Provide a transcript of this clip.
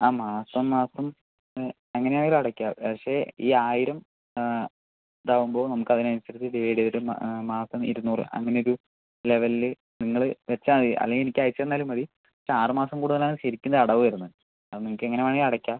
ആ മാസം മാസം എങ്ങനെ ആയാലും അടക്കാം പക്ഷെ ഈ ആയിരം ഇതാകുമ്പോൾ നമുക്ക് അതിനനുസരിച്ച് ഡിവൈഡ് ചെയ്തിട്ട് മാസം ഇരുന്നൂറ് അങ്ങനെ ഒരു ലെവലിൽ നിങ്ങൾ വെച്ചാൽ മതി അല്ലെങ്കിൽ എനിക്ക് അയച്ച് തന്നാലും മതി പക്ഷെ ആറ് മാസം കൂടുമ്പോഴാണ് ശരിക്കിലും അടവ് വരുന്നത് അത് നിങ്ങൾക്ക് എങ്ങനെ വേണമെങ്കിലും അടക്കാം